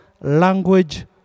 Language